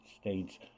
States